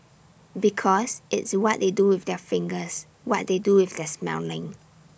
because it's what they do with their fingers what they do with their smelling